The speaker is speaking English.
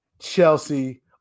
Chelsea